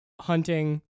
hunting